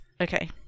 Okay